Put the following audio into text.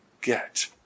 get